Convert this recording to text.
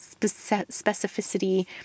specificity